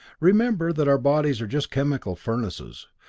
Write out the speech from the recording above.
remember that our bodies are just chemical furnaces.